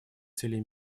целей